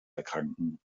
erkranken